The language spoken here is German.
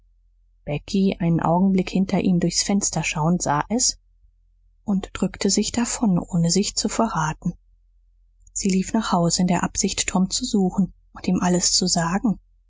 becky einen augenblick hinter ihm durchs fenster schauend sah es und drückte sich davon ohne sich zu verraten sie lief nach haus in der absicht tom zu suchen und ihm alles zu sagen